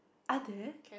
are there